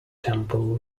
temple